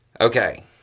Okay